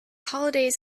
holidays